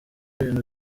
ibintu